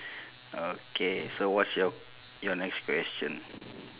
okay so what's your your next question